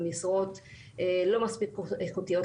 במשרות לא מספיק איכותיות,